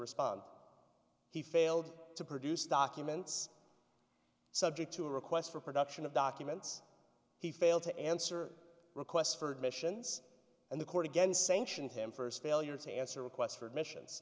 respond he failed to produce documents subject to a request for production of documents he failed to answer requests for admissions and the court again sanctioned him first failure to answer requests for admissions